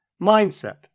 Mindset